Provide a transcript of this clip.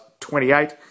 28